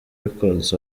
records